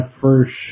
first